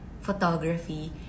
photography